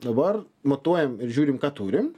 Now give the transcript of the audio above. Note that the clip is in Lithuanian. dabar matuojam ir žiūrim ką turim